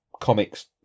comics